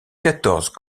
quatorze